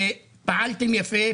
פעלתם יפה.